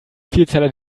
vielzeller